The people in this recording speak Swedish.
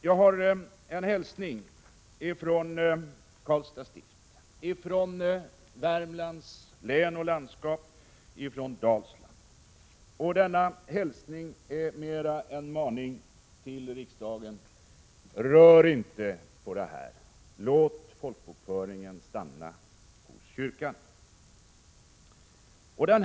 Jag har en hälsning från Karlstads stift, från Värmland och från Dalsland, och denna hälsning är en maning till riksdagen: Rör inte folkbokföringen utan låt den stanna hos kyrkan!